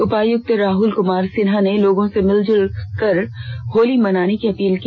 उपायुक्त राहुल कुमार सिन्हा ने लोगों से मिलजुलकर होली मनाने की अपील की